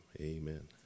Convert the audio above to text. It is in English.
Amen